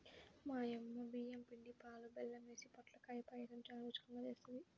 మా యమ్మ బియ్యం పిండి, పాలు, బెల్లం యేసి పొట్లకాయ పాయసం చానా రుచికరంగా జేత్తది